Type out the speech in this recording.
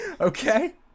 Okay